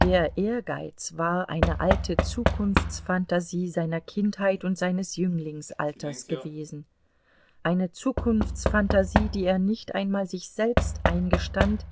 der ehrgeiz war eine alte zukunftsphantasie seiner kindheit und seines jünglingsalters gewesen eine zukunftsphantasie die er nicht einmal sich selbst eingestand